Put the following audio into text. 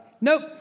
Nope